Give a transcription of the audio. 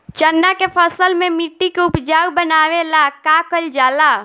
चन्ना के फसल में मिट्टी के उपजाऊ बनावे ला का कइल जाला?